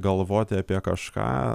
galvoti apie kažką